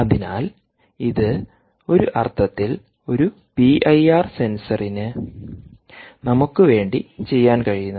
അതിനാൽ ഇത് ഒരു അർത്ഥത്തിൽ ഒരു പിഐആർ സെൻസറിന് നമുക്ക് വേണ്ടി ചെയ്യാൻ കഴിയുന്നത്